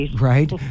Right